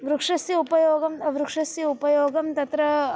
वृक्षस्य उपयोगः वृक्षस्य उपयोगः तत्र